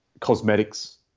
Cosmetics